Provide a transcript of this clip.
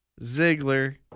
Ziggler